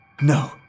No